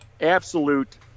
absolute